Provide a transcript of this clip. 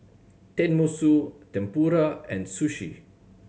Tenmusu Tempura and Sushi